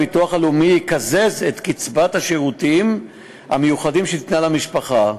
הביטוח הלאומי יקזז את קצבת השירותים המיוחדים שניתנה למשפחה.